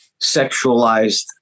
sexualized